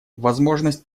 возможность